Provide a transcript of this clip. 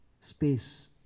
space